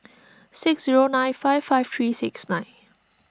six zero nine five five three six nine